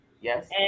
yes